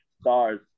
stars